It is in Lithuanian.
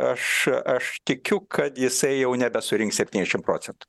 aš aš tikiu kad jisai jau nebesurinks septyniasdešim procentų